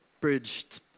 bridged